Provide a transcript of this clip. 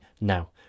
now